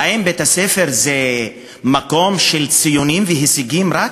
האם בית-הספר זה מקום של ציונים והישגים בלבד?